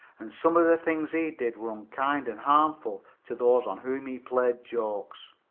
and some of the things he did were unkind and harmful to those on whom he played jokes.